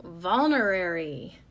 vulnerary